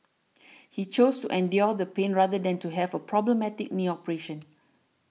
he chose to endure the pain rather than to have a problematic knee operation